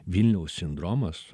vilniaus sindromas